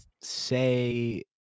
say